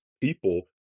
people